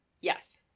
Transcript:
Yes